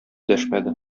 дәшмәде